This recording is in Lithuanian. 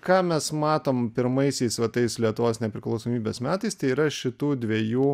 ką mes matom pirmaisiais va tais lietuvos nepriklausomybės metais tai yra šitų dvejų